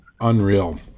unreal